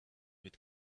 with